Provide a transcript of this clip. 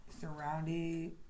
surrounded